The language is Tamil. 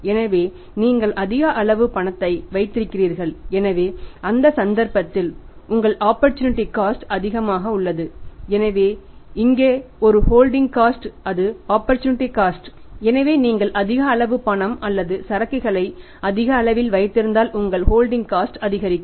எனவே நீங்கள் அதிக அளவு பணத்தை வைத்திருக்கிறீர்கள் எனவே அந்த சந்தர்ப்பத்தில் உங்கள் ஆப்பர்சூனிட்டி காஸ்ட் அதிகரிக்கும்